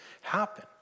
happen